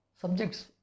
subjects